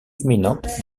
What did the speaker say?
imminente